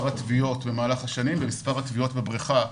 הטביעות במהלך השנים ובמספר הטביעות בבריכה,